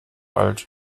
alt